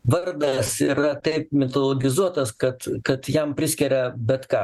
vardas yra taip mitologizuotas kad kad jam priskiria bet ką